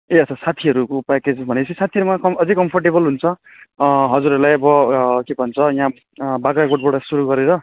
ए अच्छा साथीहरूको प्याकेज भने पछि साथीहरूमा कम अझ झन् कम्फर्टेबल हुन्छ हजुरहरूलाई अब के भन्छ यहाँ बाग्राकोटबाट सुरु गरेर